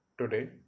today